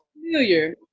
familiar